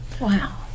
Wow